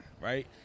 right